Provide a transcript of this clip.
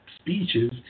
speeches